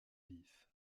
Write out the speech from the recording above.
vif